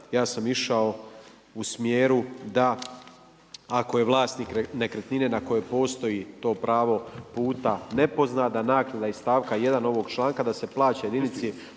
Ja sam išao u smjeru da ako je vlasnik nekretnine na kojoj postoji to pravo puta ne pozna da naknada iz stavka 1. ovog članka da se plaća jedinici